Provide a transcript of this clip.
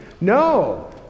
No